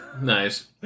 nice